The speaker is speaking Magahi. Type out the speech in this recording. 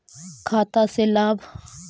खाता से लाभ?